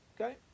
Okay